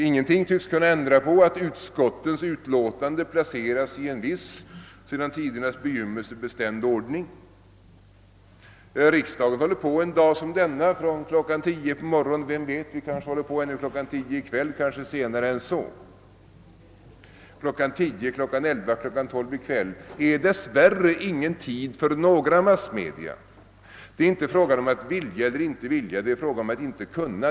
Ingenting tycks kunna ändra på det förhållandet att utskottens utlåtanden skall placeras i en viss sedan tidernas begynnelse fastställd ordning. Riksdagen håller en dag som denna på från klockan 10 på morgonen. Vem vet, vi håller på ännu klockan 10 i kväll, kanske senare än så. Klockan 10, klockan 11, klockan 12 i kväll är dess värre ingen tid för några massmedia. Det är inte fråga om att vilja eller inte vilja. Det är fråga om att inte kunna.